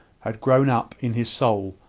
had grown up in his soul,